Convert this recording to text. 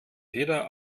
wieder